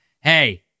hey